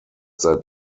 seit